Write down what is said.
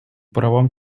правам